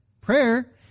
Prayer